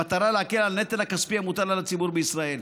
במטרה להקל על הנטל הכספי המוטל על הציבור בישראל.